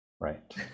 Right